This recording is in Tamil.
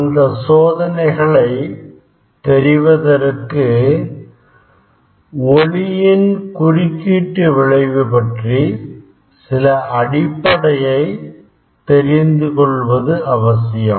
அந்த சோதனைகளை தெரிவதற்கு ஒளியின் குறுக்கீட்டு விளைவு பற்றி சில அடிப்படையை தெரிந்து கொள்வது அவசியம்